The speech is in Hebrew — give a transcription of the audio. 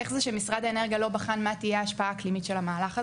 איך זה שמשרד האנרגיה לא בחן מה תהיה ההשפעה האקלימית של המהלך הזה?